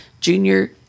Junior